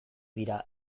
dira